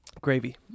Gravy